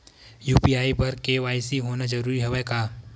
UPI बर KYC होना जरूरी हवय का?